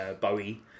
Bowie